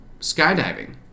skydiving